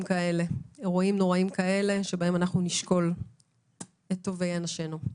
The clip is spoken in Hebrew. נוראיים כאלה בהם נשכול את טובי אנשינו.